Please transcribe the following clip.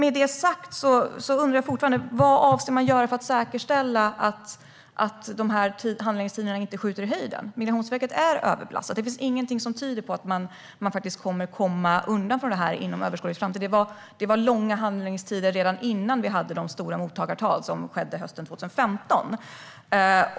Jag undrar fortfarande: Vad avser man att göra för att säkerställa att handläggningstiderna inte skjuter i höjden? Migrationsverket är överbelastat, och det finns inget som tyder att man hinner i kapp under överskådlig framtid. Det var långa handläggningstider redan innan vi hade de stora mottagartalen 2015.